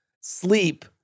sleep